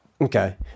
Okay